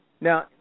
Now